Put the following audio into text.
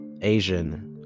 Asian